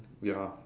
ya